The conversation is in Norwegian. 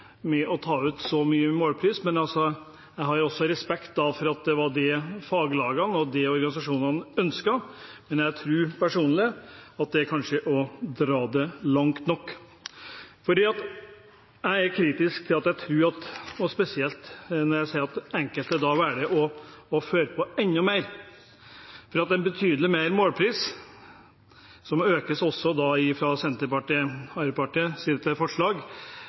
å ta ut så mye i målpris. Jeg har respekt for at det var det faglagene og organisasjonene ønsket, men jeg tror personlig at det kanskje er å dra det langt nok. Jeg er spesielt kritisk når jeg ser at enkelte velger å føre på enda mer, for en betydelig høyere målpris, som da også økes i Senterpartiets og Arbeiderpartiets forslag, kan være med på å føre til